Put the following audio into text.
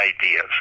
ideas